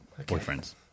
boyfriends